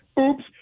Oops